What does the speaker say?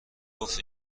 گفت